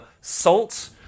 Salt